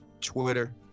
Twitter